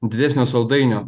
didesnio saldainio